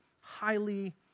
highly